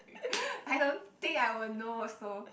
I don't think I will know also